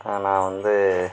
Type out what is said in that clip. நான் வந்து